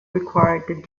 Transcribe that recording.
required